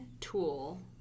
tool